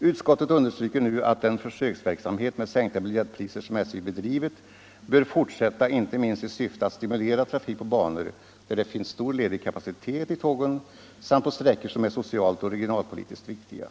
Utskottet understryker nu att den försöksverksamhet med sänkta biljettpriser som SJ bedrivit bör fortsätta, inte minst i syfte att stimulera trafik på banor där det finns stor ledig kapacitet i tågen samt på sträckor som är socialoch regionalpolitiskt viktiga.